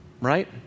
right